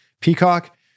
Peacock